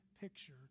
picture